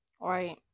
Right